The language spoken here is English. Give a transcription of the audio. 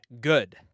good